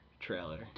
Trailer